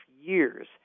years